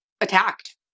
attacked